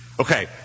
Okay